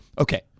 Okay